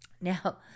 Now